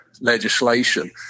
legislation